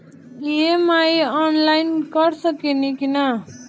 EMI online कर सकेनी की ना?